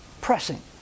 pressing